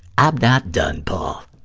i'm not done, paul.